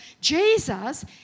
Jesus